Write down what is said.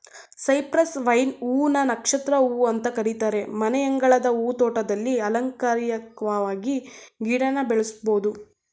Cyprus vine ಹೂ ನ ನಕ್ಷತ್ರ ಹೂ ಅಂತ ಕರೀತಾರೆ ಮನೆಯಂಗಳದ ಹೂ ತೋಟದಲ್ಲಿ ಅಲಂಕಾರಿಕ್ವಾಗಿ ಈ ಗಿಡನ ಬೆಳೆಸ್ಬೋದು